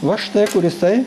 va štai kur jisai